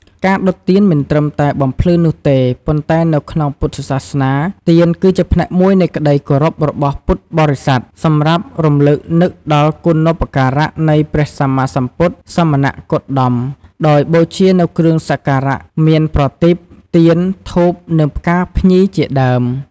ការដុតទៀនមិនត្រឹមតែបំភ្លឺនោះទេ ប៉ុន្តែនៅក្នុងពុទ្ធសាសនា ទៀនគឺជាផ្នែកមួយនៃក្តីគោរពរបស់ពុទ្ធបរិស័ទសម្រាប់រំលឹកនឹកដល់គុណូបការៈ នៃព្រះសម្មាសម្ពុទ្ធសមណគោតម ដោយបូជានូវគ្រឿងសក្ការៈ មានប្រទីប ទៀន ធូប និងផ្កាភ្ញីជាដើម។